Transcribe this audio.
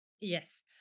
Yes